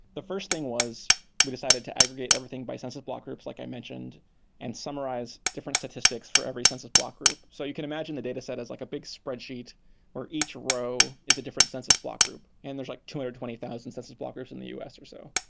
the first thing was we decided to aggregate everything by census block groups like i mentioned and summarize different statistics for every census block group. so you can imagine the dataset as like a big spreadsheet or each row is a different census block group and there's like two hundred and twenty thousand census block groups in the us or so.